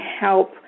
help